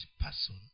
person